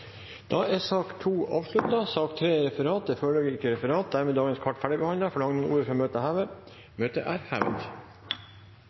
er sak nr. 2 ferdigbehandlet. Det foreligger ikke noe referat. Dermed er sakene på dagens kart ferdigbehandlet. Forlanger noen ordet før møtet heves? – Møtet er hevet.